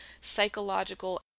psychological